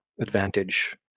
advantage